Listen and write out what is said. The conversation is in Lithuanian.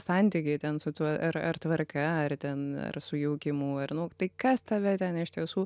santykiai ten su tuo ar ar tvarka ar ten ar sujaukimu ar nu tai kas tave ten iš tiesų